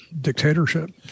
dictatorship